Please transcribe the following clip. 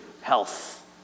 health